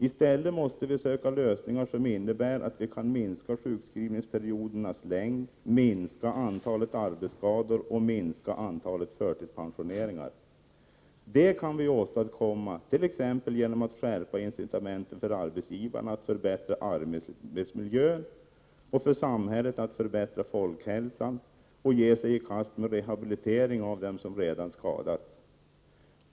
I stället måste vi söka lösningar som innebär att vi kan minska sjukskrivningsperiodernas längd, minska antalet arbetsskador och minska antalet förtidspensioneringar. Det kan vi åstadkomma t.ex. genom att skärpa incitamenten för arbetsgivarna att förbättra arbetsmiljön och för samhället att förbättra folkhälsan och ge sig i kast med rehabilitering av dem som skadats.